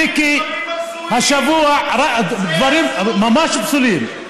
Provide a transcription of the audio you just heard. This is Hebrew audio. מיקי, השבוע, דברים ממש פסולים.